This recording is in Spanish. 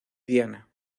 diana